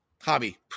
Hobby